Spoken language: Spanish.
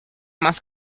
más